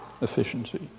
efficiency